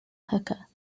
hooker